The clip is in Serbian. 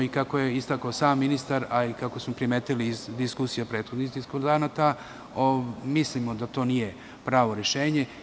Ali, kako je istakao i sam ministar, a to smo primetili i iz diskusija prethodnih diskutanata, mislimo da to nije pravo rešenje.